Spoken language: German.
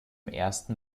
ersten